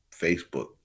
Facebook